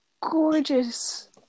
gorgeous